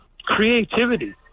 creativity